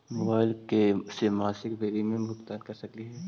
Mobile से मासिक premium के भुगतान कर सकली हे?